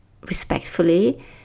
respectfully